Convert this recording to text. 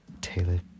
Taylor